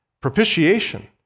propitiation